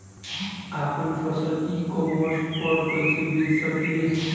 आपन फसल e commerce पर कईसे बेच सकिले?